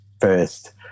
first